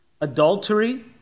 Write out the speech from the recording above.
Adultery